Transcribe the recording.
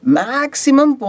maximum